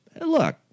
look